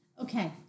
Okay